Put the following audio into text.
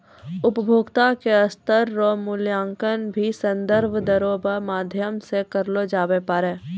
उपभोक्ता के स्तर रो मूल्यांकन भी संदर्भ दरो रो माध्यम से करलो जाबै पारै